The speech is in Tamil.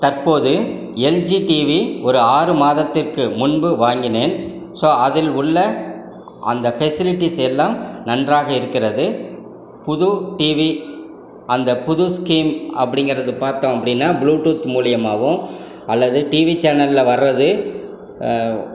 தற்போது எல்ஜி டிவி ஒரு ஆறு மாதத்திற்கு முன்பு வாங்கினேன் ஸோ அதில் உள்ள அந்த ஃபெசிலிட்டிஸ் எல்லாம் நன்றாக இருக்கிறது புது டிவி அந்த புது ஸ்கீம் அப்படிங்கிறது பார்த்தோம் அப்படின்னா ப்ளூடூத் மூலயுமாவும் அல்லது டிவி சேனலில் வர்றது